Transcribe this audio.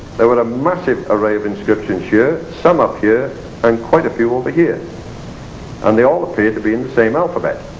there are a massive array of inscriptions here, some up here and quite a few over here and they all appear to be in the same alphabet.